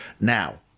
now